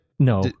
no